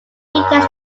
details